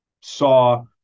saw